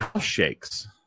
shakes